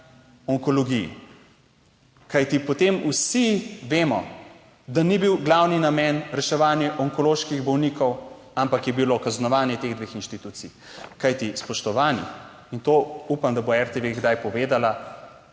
onkologiji. Kajti potem vsi vemo, da ni bil glavni namen reševanje onkoloških bolnikov, ampak je bilo kaznovanje teh dveh inštitucij. Kajti, spoštovani, in to upam, da bo RTV kdaj povedala,